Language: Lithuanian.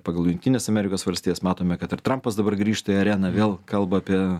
pagal jungtines amerikos valstijas matome kad ir trampas dabar grįžta į areną vėl kalba apie